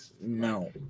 no